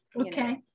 Okay